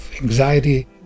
anxiety